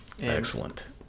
Excellent